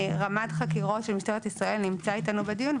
רמ"ד חקירות של משטרת ישראל נמצא איתנו בדיון,